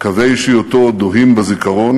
קווי אישיותו דוהים בזיכרון